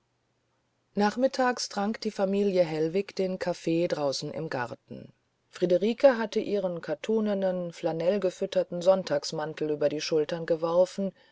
nachmittags trank die familie hellwig den kaffee draußen im garten friederike hatte ihren kattunenen flanellgefütterten sonntagsmantel über die schultern geworfen